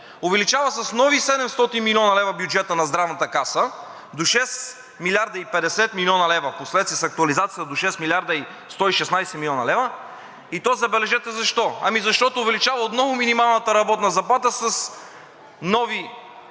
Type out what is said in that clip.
увеличава с нови 700 млн. лв. бюджета на Здравната каса до 6 млрд. и 50 млн. лв., впоследствие с актуализацията до 6 млрд. 116 млн. лв., и то, забележете защо – ами, защото увеличава отново минималната работна заплата с нови